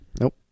Nope